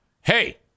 hey